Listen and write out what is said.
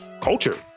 culture